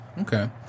okay